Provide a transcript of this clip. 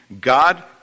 God